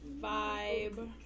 vibe